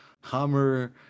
hammer